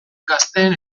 gazteen